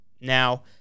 now